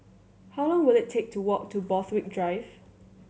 how long will it take to walk to Borthwick Drive